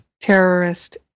terrorist